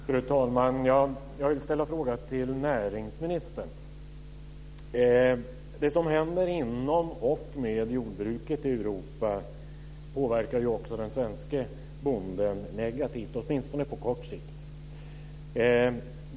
Fru talman! Jag vill ställa en fråga till näringsministern. Det som händer inom och med jordbruket i Europa påverkar ju också den svenske bonden negativt, åtminstone på kort sikt.